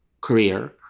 career